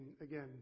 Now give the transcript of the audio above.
again